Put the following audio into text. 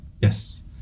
Yes